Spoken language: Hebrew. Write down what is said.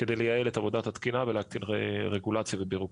וזאת כדי לייעל את עבודת התקינה ולהקטין רגולציה ובירוקרטיה.